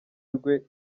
rwe